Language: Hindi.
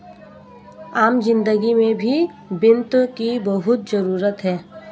आम जिन्दगी में भी वित्त की बहुत जरूरत है